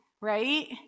right